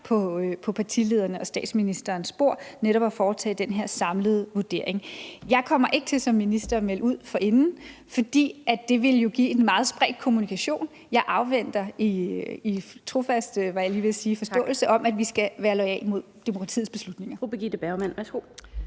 på partiledernes og statsministerens bord netop at foretage den her samlede vurdering. Jeg kommer ikke til som minister at melde ud forinden, for det ville jo give en meget spredt kommunikation. Jeg afventer i trofast, var jeg lige ved at sige, forståelse om, at vi skal være loyale mod demokratiets beslutninger.